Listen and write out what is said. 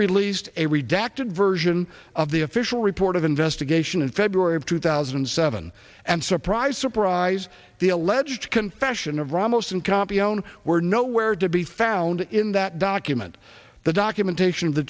redacted version of the official report of investigation in february of two thousand and seven and surprise surprise the alleged confession of ramos and copy own were nowhere to be found in that document the documentation